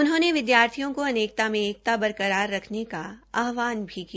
उन्होंने विद्यार्थियों का अनेकता में एकता बरकार रखने का आहवान भी किया